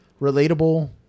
relatable